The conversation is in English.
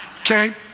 okay